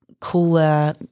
cooler